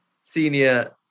senior